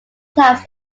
times